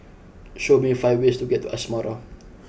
show me five ways to get to Asmara